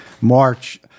March